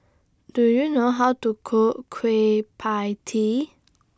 Do YOU know How to Cook Kueh PIE Tee